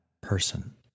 person